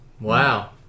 Wow